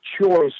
choice